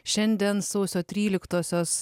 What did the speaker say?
šiandien sausio tryliktosios